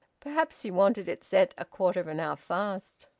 perhaps he wanted it set a quarter of an hour fast.